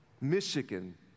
Michigan